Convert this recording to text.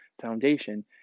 foundation